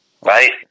Right